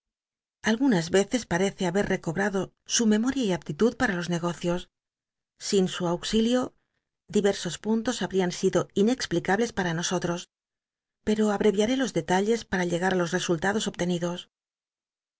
algunas ycccs parece haber recobrado su memoria y aptitud para los negocios sin su auxilio diversos puntos babrian sido inexplicables para nosotros pero abreviaré los detalles para llegar á los resultados obtenidos